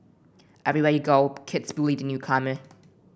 everywhere you go kids bully the newcomer